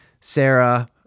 Sarah